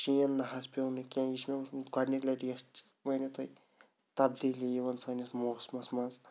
شیٖن نہ حظ پیوٚ نہٕ کینٛہہ یہِ چھِ مےٚ وٕچھمُت گۄڈنِچ لَٹہِ یَس ؤنِو تُہۍ تبدیٖلی یِوان سٲنِس موسمَس منٛز